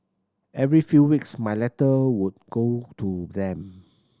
every few weeks my letter would go to them